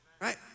right